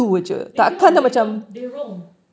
they don't they don't they roam